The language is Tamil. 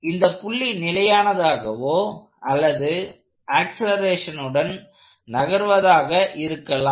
இந்த புள்ளி நிலையானதாகவோ அல்லது ஆக்சலேரேஷனுடன் நகர்வதாக இருக்கலாம்